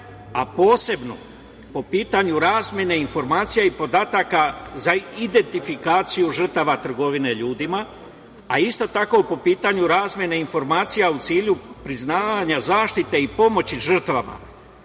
a posebno po pitanju razmene informacija i podataka za identifikaciju žrtava trgovine ljudima, a isto tako i po pitanju razmene informacija u cilju priznavanja zaštite i pomoći žrtvama